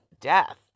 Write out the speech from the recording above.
death